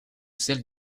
celle